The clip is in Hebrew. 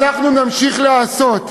אנחנו נמשיך לעשות.